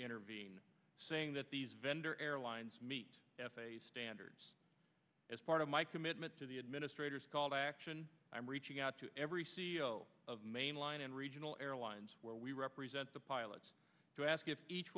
intervene saying that these vendor airlines meet f a a standards as part of my commitment to the administrators called i'm reaching out to every c e o of mainline and regional airlines where we represent the pilots to ask if each